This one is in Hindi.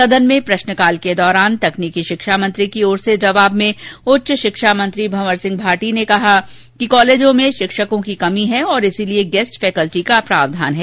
सदन में प्रश्नकाल के दौरान तकनीकी शिक्षा मंत्री की ओर से जवाब में उच्च शिक्षा मंत्री भंवर सिंह भाटी ने कहा कि कॉलेजों में शिक्षकों की कमी है और इसलिए गेस्ट फैकल्टी का प्रावधान है